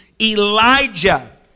Elijah